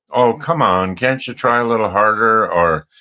oh, come on. can't you try a little harder? or,